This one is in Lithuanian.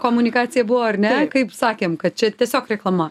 komunikacija buvo ar ne kaip sakėm kad čia tiesiog reklama